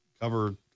cover